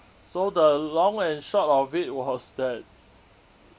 so the long and short of it was that